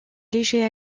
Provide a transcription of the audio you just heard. léger